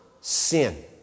sin